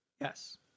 Yes